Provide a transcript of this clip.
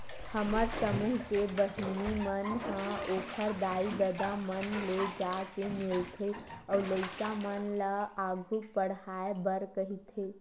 हमर समूह के बहिनी मन ह ओखर दाई ददा मन ले जाके मिलथे अउ लइका मन ल आघु पड़हाय बर कहिथे